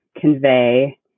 convey